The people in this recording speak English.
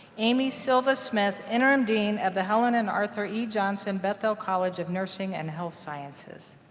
amy silva-smith, interim dean of the helen and arthur e johnson bethel college of nursing and health sciences.